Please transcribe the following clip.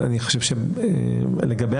לגבי